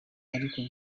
ariko